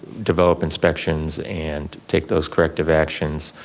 develop inspections and take those corrective actions.